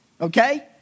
Okay